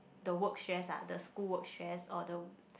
the work stress ah the school work stress or the